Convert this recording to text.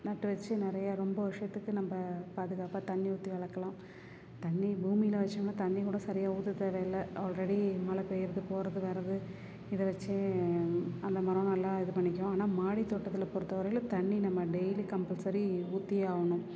நட்டு வச்சு நிறையா ரொம்ப வருஷத்துக்கு நம்ம பாதுகாப்பாக தண்ணி ஊற்றி வளர்க்கலாம் தண்ணி பூமியில வைச்சோம்னால் தண்ணி கூட சரியா ஊற்ற தேவையில்ல ஆல்ரெடி மழை பேய்கிறது போறது வர்றது இதை வச்சு அந்த மரம் நல்லா இது பண்ணிக்கும் ஆனால் மாடி தோட்டத்தில் பொறுத்த வரையிலும் தண்ணி நம்ம டெய்லி கம்பல்சரி ஊற்றியே ஆகணும்